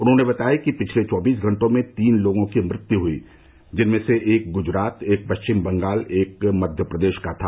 उन्होंने बताया कि पिछले चौबीस घंटे में तीन लोगों की मृत्यू हुई जिनमें से एक गुजरात एक पश्चिम बंगाल और एक मध्य प्रदेश का था